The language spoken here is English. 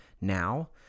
now